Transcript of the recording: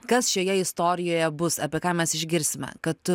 kas šioje istorijoje bus apie ką mes išgirsime kad